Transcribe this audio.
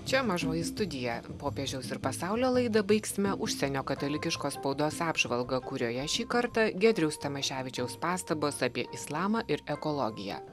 čia mažoji studija popiežiaus ir pasaulio laidą baigsime užsienio katalikiškos spaudos apžvalga kurioje šį kartą giedriaus tamoševičiaus pastabos apie islamą ir ekologiją